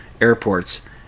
airports